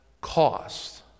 cost